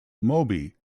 moby